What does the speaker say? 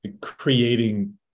creating